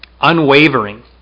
Unwavering